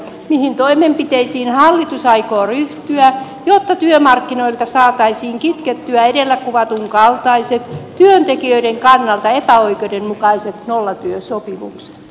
mihin toimenpiteisiin hallitus aikoo ryhtyä jotta työmarkkinoilta saataisiin kitkettyä edellä kuvatun kaltaiset työntekijöiden kannalta epäoikeudenmukaiset nollatyösopimukset